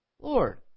Lord